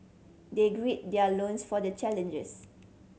they gird their lone's for the challenges